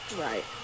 right